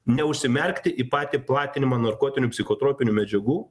neužsimerkti į patį platinimą narkotinių psichotropinių medžiagų